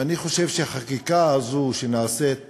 ואני חושב שהחקיקה הזו שנעשית